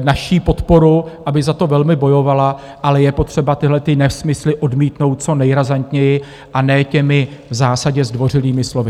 naši podporu, aby za to velmi bojovala, ale je potřeba tyhle ty nesmysly odmítnout co nejrazantněji, a ne těmi v zásadě zdvořilými slovy.